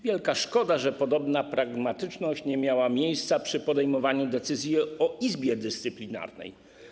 Wielka szkoda, że podobna pragmatyczność nie miała miejsca przy podejmowaniu decyzji o Izbie Dyscyplinarnej.